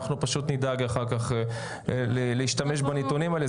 אנחנו פשוט נדאג אחר כך להשתמש בנתונים האלה.